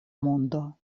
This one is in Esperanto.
mondo